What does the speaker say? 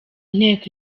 nteko